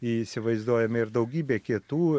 įsivaizduojam ir daugybė kitų